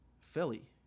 Philly